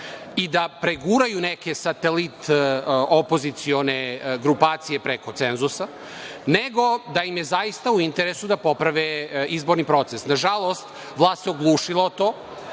i da preguraju neke satelit opozicione grupacije preko cenzusa, nego da im je zaista u interesu da poprave izborni proces. Nažalost, vlast se oglušila o